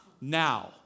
now